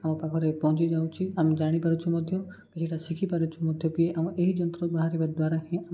ଆମ ପାଖରେ ପହଞ୍ଚିଯାଉଛି ଆମେ ଜାଣିପାରୁଛୁ ମଧ୍ୟ କିଛିଟା ଶିଖିପାରୁଛୁ ମଧ୍ୟ କି ଆମ ଏହି ଯନ୍ତ୍ର ବାହାରିବା ଦ୍ୱାରା ହିଁ